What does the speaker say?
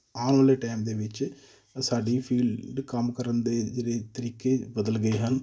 ਆਉਣ ਵਾਲੇ ਟਾਈਮ ਦੇ ਵਿੱਚ ਸਾਡੀ ਫੀਲਡ ਕੰਮ ਕਰਨ ਦੇ ਜਿਹੜੇ ਤਰੀਕੇ ਬਦਲ ਗਏ ਹਨ